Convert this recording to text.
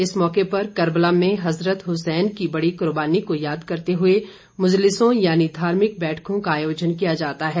इस मौके पर कर्बला में हजरत हसैन की बड़ी कर्बानी को याद करते हुए मजलिसों यानी धार्मिक बैठकों का आयोजन किया जाता है